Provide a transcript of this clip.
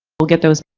we'll get those